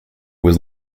was